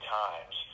times